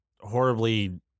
horribly